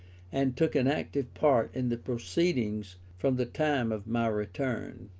and took an active part in the proceedings from the time of my return.